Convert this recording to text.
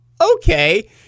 okay